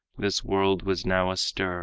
this world was now astir,